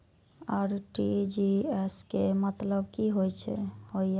RTGS के मतलब की होय ये?